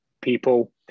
people